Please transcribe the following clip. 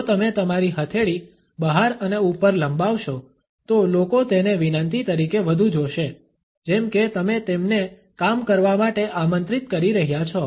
જો તમે તમારી હથેળી બહાર અને ઉપર લંબાવશો તો લોકો તેને વિનંતી તરીકે વધુ જોશે જેમ કે તમે તેમને કામ કરવા માટે આમંત્રિત કરી રહ્યા છો